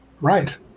Right